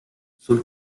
sul